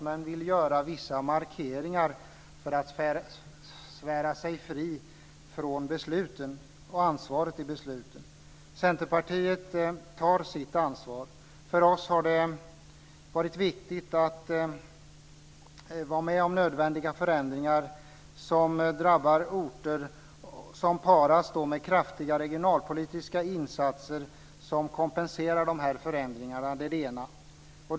Men man vill göra vissa markeringar för att svära sig fri från ansvaret för besluten. Centerpartiet tar sitt ansvar. För oss har det varit viktigt att vara med om nödvändiga förändringar som drabbar orter och som paras med kraftiga regionalpolitiska insatser som kompenserar förändringarna. Det är det ena.